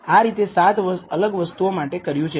આ રીતે 7 અલગ વસ્તુઓ માટે કર્યું છે